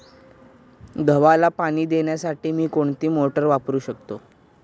गव्हाला पाणी देण्यासाठी मी कोणती मोटार वापरू शकतो?